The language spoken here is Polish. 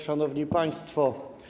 Szanowni Państwo!